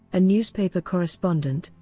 a newspaper correspondent,